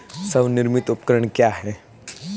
स्वनिर्मित उपकरण क्या है?